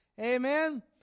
Amen